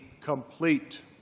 complete